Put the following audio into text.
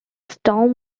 storm